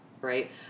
right